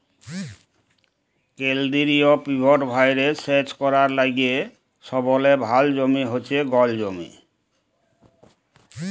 কেলদিরিয় পিভট ভাঁয়রে সেচ ক্যরার লাইগে সবলে ভাল জমি হছে গল জমি